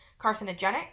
carcinogenic